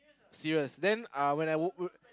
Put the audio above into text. serious then uh when I woke uh